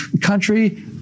country